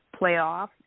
playoff